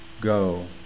go